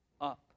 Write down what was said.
up